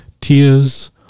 tears